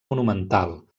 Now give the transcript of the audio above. monumental